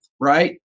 right